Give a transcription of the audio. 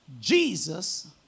Jesus